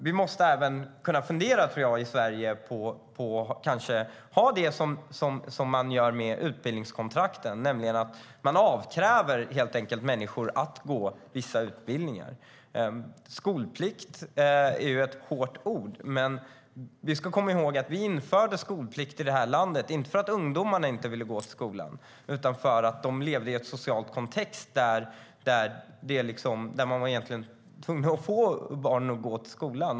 Vi måste även kunna fundera i Sverige på att göra som med utbildningskontrakten, nämligen kräva att människor ska gå vissa utbildningar. Skolplikt är ett hårt ord, men vi ska komma ihåg att vi inte införde skolplikt i det här landet för att ungdomarna inte ville gå till skolan utan för att de levde i en social kontext där man var tvungen att få barnen att gå till skolan.